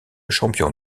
champion